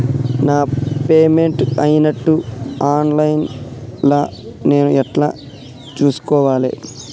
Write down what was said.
నా పేమెంట్ అయినట్టు online లా నేను ఎట్ల చూస్కోవాలే?